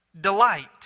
delight